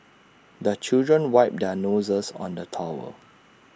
the children wipe their noses on the towel